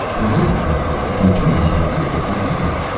whatever it may be, i can turn it into a vehicle for deedee,